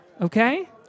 Okay